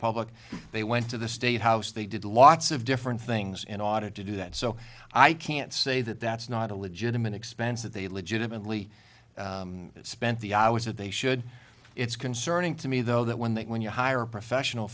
public they went to the state house they did lots of different things and audit to do that so i can't say that that's not a legitimate expense that they legitimately spent the i was that they should it's concerning to me though that when they when you hire a professional